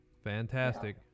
Fantastic